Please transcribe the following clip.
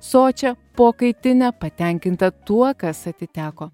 sočia pokaitine patenkinta tuo kas atiteko